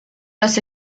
los